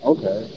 Okay